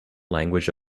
language